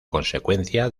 consecuencia